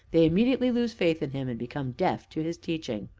they immediately lose faith in him, and become deaf to his teaching.